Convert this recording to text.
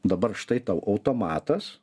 dabar štai tau automatas